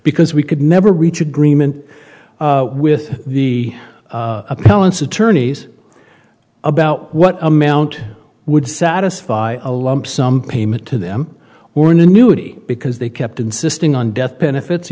because we could never reach agreement with the appellants attorneys about what amount would satisfy a lump sum payment to them or an annuity because they kept insisting on death benefits